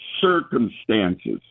circumstances